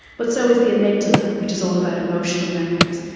but so is the amygdala, which is all about emotional memories,